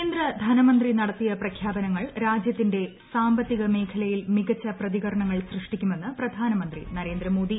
കേന്ദ്ര ധനമന്ത്രി നടത്തിയ പ്രഖ്യാപനങ്ങൾ രാജ്യത്തിന്റെ സാമ്പത്തിക മേഖലയിൽ മികച്ച പ്രതികരണങ്ങൾ സൃഷ്ടിക്കുമെന്ന് പ്രധാനമന്ത്രി നരേന്ദ്രമോദി